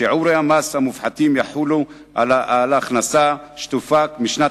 שיעורי המס המופחתים יחולו על ההכנסה שתופק משנת